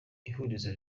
ihurizo